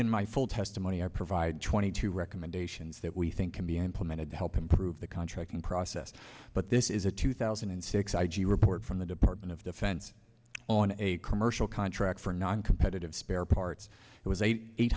in my full testimony i provide twenty two recommendations that we think can be implemented to help improve the contracting process but this is a two thousand and six i g report from the department of defense on a commercial contract for noncompetitive spare parts it was a eight